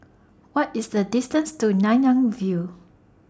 What IS The distance to Nanyang View